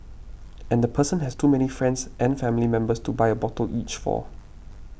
and the person has too many friends and family members to buy a bottle each for